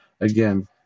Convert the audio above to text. again